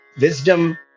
wisdom